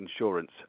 Insurance